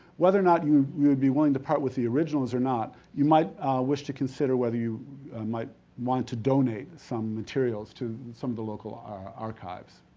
whether you you would be willing to part with the originals or not, you might wish to consider whether you might want to donate some materials to some of the local archives.